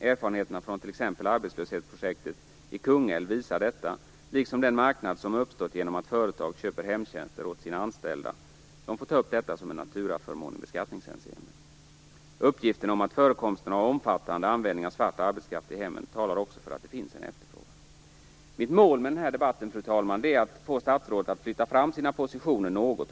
Erfarenheterna från t.ex. arbetslöshetsprojektet i Kungälv visar detta liksom den marknad som uppstått genom att företag köper hemtjänster åt sina anställda, vilka får ta upp det som en naturaförmån i beskattningshänseende. Uppgifter om förekomsten av en omfattande användning av svart arbetskraft i hemmen talar också för att det finns en efterfrågan. Fru talman! Mitt mål med den här debatten är att få statsrådet att flytta fram sina positioner något.